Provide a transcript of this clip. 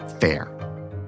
fair